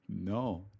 no